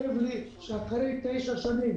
שאחרי תשע שנים